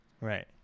right